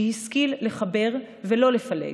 שהשכיל לחבר ולא לפלג,